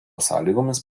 sąlygomis